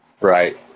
Right